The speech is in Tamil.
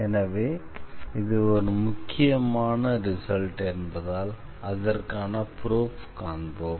எனவே இது ஒரு மிக முக்கியமான ரிசல்ட் என்பதால் அதற்கான ப்ரூஃப்ஐ காண்போம்